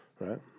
Right